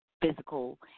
physical